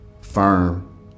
firm